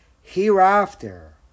hereafter